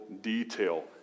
detail